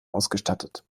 ausgestattet